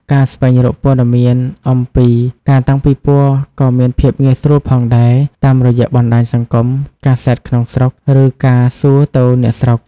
ការស្វែងរកព័ត៌មានអំពីការតាំងពិពណ៌ក៏មានភាពងាយស្រួលផងដែរ តាមរយៈបណ្តាញសង្គម កាសែតក្នុងស្រុក ឬការសួរទៅអ្នកស្រុក។